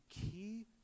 key